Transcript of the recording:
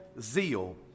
Zeal